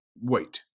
wait